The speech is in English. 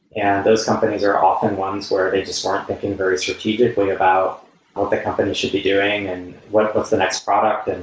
and those companies are often ones where they just weren't thinking very strategically about what the company should be doing and what's the next product, and